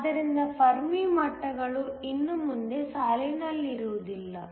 ಆದ್ದರಿಂದ ಫೆರ್ಮಿ ಮಟ್ಟಗಳು ಇನ್ನು ಮುಂದೆ ಸಾಲಿನಲ್ಲಿರುವುದಿಲ್ಲ